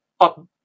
up